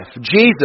Jesus